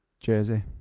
Jersey